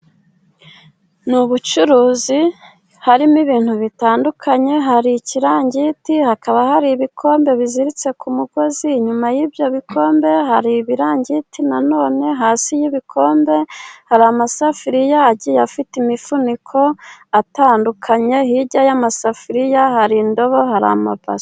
Ni ubucuruzi harimo ibintu bitandukanye: hari ikirangiti, hakaba hari ibikombe biziritse ku mugozi, inyuma y'ibyo bikombe hari ibirangiti na none ,hasi y'ibikombe hari amasafuriya agiye afite imifuniko atandukanye hirya y'amasafuriya hari indobo hari amabase.